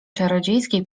czarodziejskiej